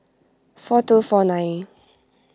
four two four nine